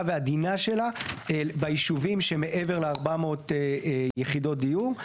ועדינה שלה ביישובים שמעבר ל-400 יחידות דיור.